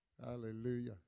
Hallelujah